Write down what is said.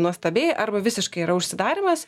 nuostabiai arba visiškai yra užsidarymas